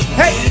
hey